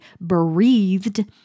breathed